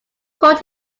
called